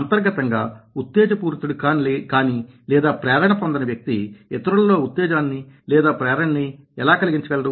అంతర్గతంగా ఉత్తేజపూరితుడు కాని లేదా ప్రేరణ పొందని వ్యక్తి ఇతరుల లో ఉత్తేజాన్ని లేదా ప్రేరణ ని ఎలా కలిగించ గలడు